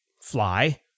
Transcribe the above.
fly